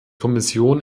kommission